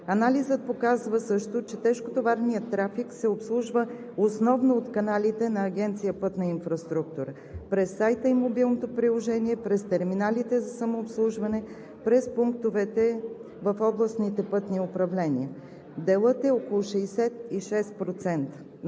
Анализът показва също, че тежкотоварният трафик се обслужва основно от каналите на Агенция „Пътна инфраструктура“ през сайта, през мобилното приложение, през терминалите за самообслужване, през пунктовете в областните пътни управления. Делът е около 66%,